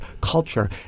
culture